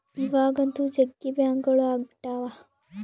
ಇವಾಗಂತೂ ಜಗ್ಗಿ ಬ್ಯಾಂಕ್ಗಳು ಅಗ್ಬಿಟಾವ